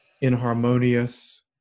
inharmonious